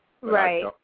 Right